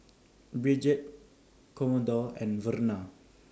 Bridget Commodore and Verna